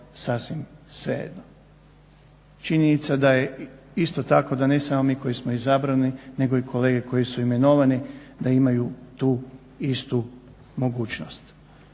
sasvim svejedno. Činjenica je isto tako da ne samo mi koji smo izabrani nego i kolege koji su imenovani da imaju tu istu mogućnost.